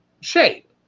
shape